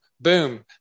boom